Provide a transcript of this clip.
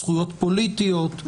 זכויות פוליטיות,